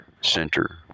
center